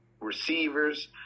receivers